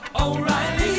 O'Reilly